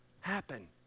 happen